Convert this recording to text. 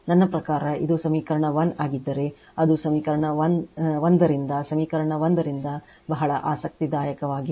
ನನ್ನ ಪ್ರಕಾರ ಇದು ಸಮೀಕರಣ 1 ಆಗಿದ್ದರೆ ಅದು ಸಮೀಕರಣ 1 ರಿಂದ ಸಮೀಕರಣ 1 ರಿಂದ ಬಹಳ ಆಸಕ್ತಿದಾಯಕವಾಗಿದೆ